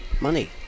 money